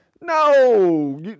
No